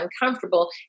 uncomfortable